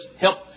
help